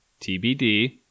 TBD